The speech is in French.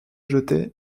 jetaient